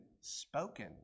spoken